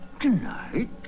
Tonight